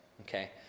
Okay